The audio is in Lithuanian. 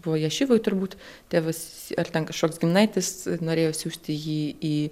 buvo ješivoj turbūt tėvas ar ten kažkoks giminaitis norėjo siųsti jį į